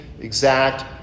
exact